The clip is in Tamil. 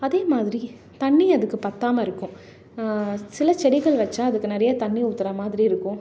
அதே மாதிரி தண்ணி அதுக்கு பற்றாம இருக்கும் சில செடிகள் வைச்சா அதுக்கு நிறையா தண்ணி ஊற்றுற மாதிரி இருக்கும்